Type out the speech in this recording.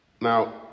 Now